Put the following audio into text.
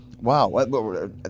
Wow